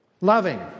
Loving